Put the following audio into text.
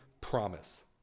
promise